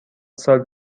سال